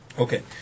Okay